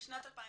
שנת 2018,